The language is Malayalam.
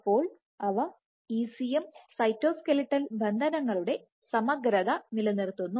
അപ്പോൾ അവ ECM സൈറ്റോസ്ക്ലെറ്റൽ ബന്ധനങ്ങളുടെസമഗ്രത നിലനിർത്തുന്നു